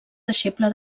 deixeble